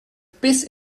bis